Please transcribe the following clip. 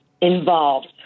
involved